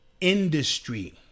industry